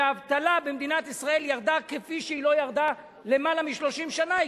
והאבטלה במדינת ישראל ירדה כפי שהיא לא ירדה למעלה מ-30 שנה,